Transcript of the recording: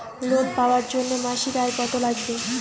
Loan পাবার জন্যে মাসিক আয় কতো লাগবে?